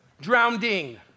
Drowning